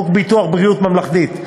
72. חוק ביטוח בריאות ממלכתי,